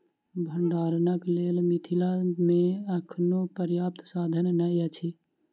भंडारणक लेल मिथिला मे अखनो पर्याप्त साधन नै अछि